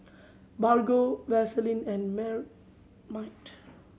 Bargo Vaseline and